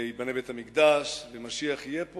ייבנה בית-המקדש ומשיח יהיה פה,